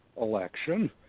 election